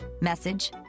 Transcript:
message